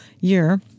year